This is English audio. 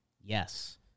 Yes